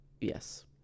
Yes